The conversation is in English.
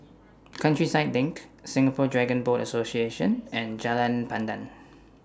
Countryside LINK Singapore Dragon Boat Association and Jalan Pandan